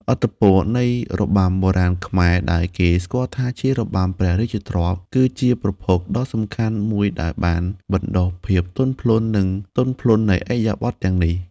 ឥទ្ធិពលនៃរបាំបុរាណខ្មែរ ដែលគេស្គាល់ថាជារបាំព្រះរាជទ្រព្យ គឺជាប្រភពដ៏សំខាន់មួយដែលបានបណ្ដុះភាពទន់ភ្លន់ និងទន់ភ្លន់នៃឥរិយាបថទាំងនេះ។